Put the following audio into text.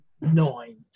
nine